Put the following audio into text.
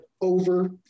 over